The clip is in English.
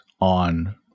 on